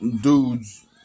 dudes